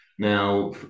Now